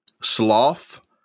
sloth